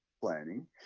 planning